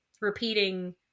repeating